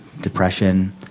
depression